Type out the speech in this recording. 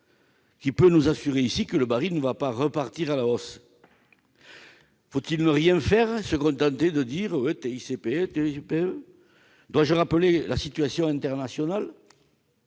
ici, peut nous assurer que le prix du baril ne va pas repartir à la hausse ? Faut-il ne rien faire, se contenter de dire « TICPE, TICPE !»? Dois-je rappeler la situation internationale,